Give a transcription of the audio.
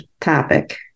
topic